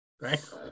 right